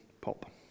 pop